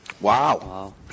Wow